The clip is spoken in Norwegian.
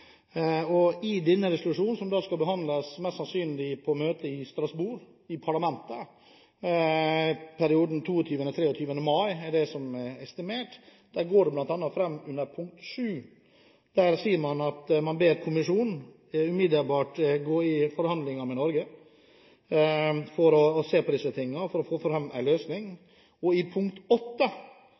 I denne resolusjonen – som mest sannsynlig skal behandles på møte i Strasbourg i parlamentet i perioden 22.–23. mai, det er det som er estimert – går det bl.a. fram under punkt 7 at man ber kommisjonen umiddelbart gå i forhandlinger med Norge for å få fram en løsning. I punkt 8 ber man faktisk kommisjonen om å